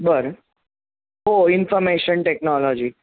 बर हो information technology